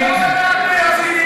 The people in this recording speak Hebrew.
לא בדק מי הוציא דין רודף.